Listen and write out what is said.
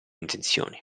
intenzioni